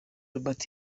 robert